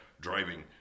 driving